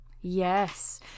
Yes